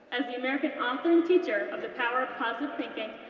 as the american author and teacher of the power of positive thinking,